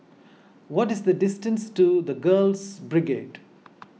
what is the distance to the Girls Brigade